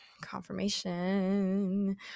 Confirmation